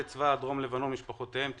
צבא דרום לבנון ומשפחותיהם (תיקון),